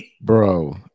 bro